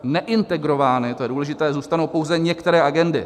Neintegrovány, to je důležité, zůstanou pouze některé agendy.